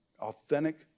authentic